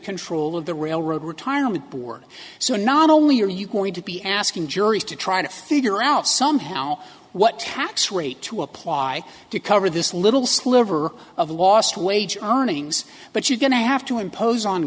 control of the railroad retirement board so not only are you going to be asking juries to try to figure out somehow what tax rate to apply to cover this little sliver of lost wage earnings but you're going to have to impose on